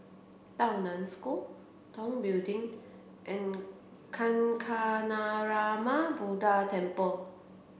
Tao Nan School Tong Building and Kancanarama Buddha Temple